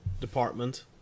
department